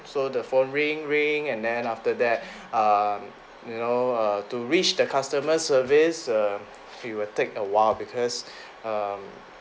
so the phone ring ring and then after that um you know uh to reach the customer service uh it will take a while because um